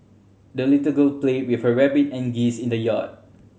the little girl played with her rabbit and geese in the yard